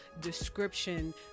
description